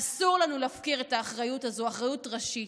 אסור לנו להפקיר את האחריות הזו, אחריות ראשית.